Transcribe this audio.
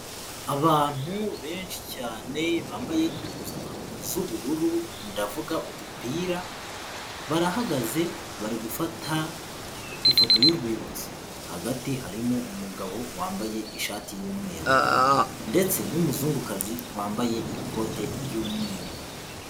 Abantu benshi cyane bambaye impuzankano z'ubururu, ndavuga udupira, barahagaze bari gufata ifoto y'urwibutso. Hagati harimo umugabo wambaye ishati yumweru ndetse n'umuzungukazi wambaye ikote ry'umweru.